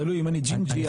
תלוי אם אני ג'ינג'י או לא.